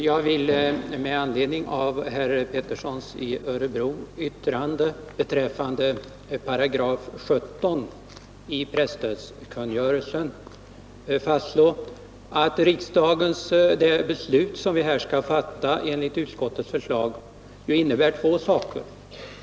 Herr talman! Med anledning av herr Petterssons i Örebro yttrande beträffande 17 § i presstödskungörelsen vill jag fastslå att det beslut som vi skall fatta enligt utskottets förslag innebär två saker.